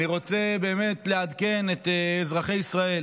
אני באמת רוצה לעדכן את אזרחי ישראל